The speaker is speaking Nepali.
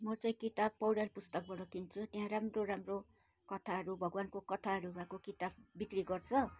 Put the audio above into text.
म चाहिँ किताब पौडेल पुस्तकबाट किन्छु त्यहाँ राम्रो राम्रो कथाहरू भगवानको कथाहरू भएको किताब बिक्री गर्छ